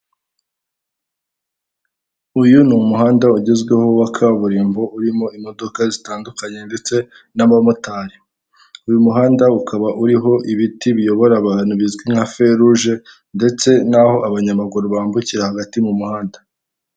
Uyu ni umuhanda ugezweho wa kaburimbo urimo imodoka zitandukanye ndetse n'abamotari. Uyu muhanda ukaba uriho ibiti biyobora abantu bizwi nka feruje, ndetse n'aho abanyamaguru bambukira hagati mu muhanda.